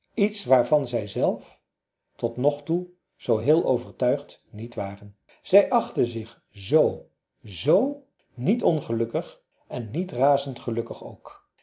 iets waarvan zij zelf tot nog toe zoo heel overtuigd niet waren zij achten zich z z niet ongelukkig en niet razend gelukkig ook